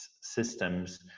systems